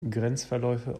grenzverläufe